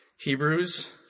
Hebrews